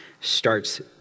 starts